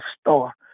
star